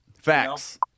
Facts